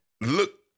look